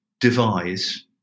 devise